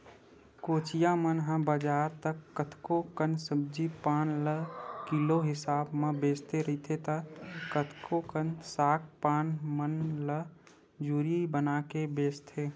कोचिया मन ह बजार त कतको कन सब्जी पान ल किलो हिसाब म बेचत रहिथे त कतको कन साग पान मन ल जूरी बनाके बेंचथे